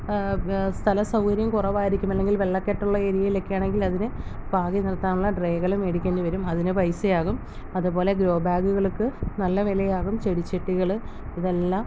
സ്ഥല സൗകര്യം കുറവായിരിക്കും അല്ലെങ്കിൽ വെള്ളക്കെട്ടുള്ള ഏരിയയിലൊക്കെ ആണെങ്കിൽ അതിനെ പാകി നിർത്താനുള്ള ട്രേകൾ മേടിക്കണ്ടി വരും അതിന് പൈസയാകും അത് പോലെ ഗ്രോ ബാഗുകൾക്ക് നല്ല വിലയാകും ചെടിച്ചട്ടികൾ ഇതെല്ലാം